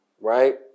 right